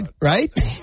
right